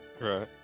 Right